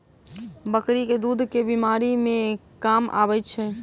बकरी केँ दुध केँ बीमारी मे काम आबै छै?